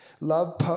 Love